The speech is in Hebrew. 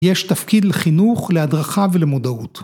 ‫יש תפקיד לחינוך, להדרכה ולמודעות.